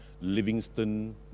Livingston